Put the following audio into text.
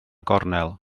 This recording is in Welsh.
gornel